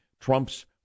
Trump's